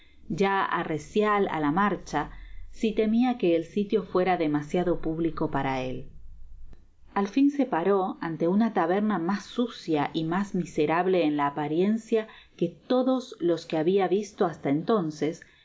ya arrecial á la marcha si temia que el sitio fuera demasiado público para él al fin se paró ante una taberna mas súcia y mas miserable en la apariencia que todos los que habia visto basta entonces